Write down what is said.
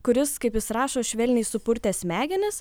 kuris kaip jis rašo švelniai supurtė smegenis